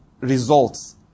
results